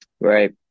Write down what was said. Right